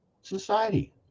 society